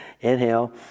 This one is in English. Inhale